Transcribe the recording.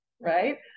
right